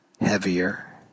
heavier